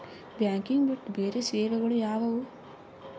Banking ಬಿಟ್ಟು ಬೇರೆ ಸೇವೆಗಳು ಯಾವುವು?